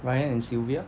ryan and sylvia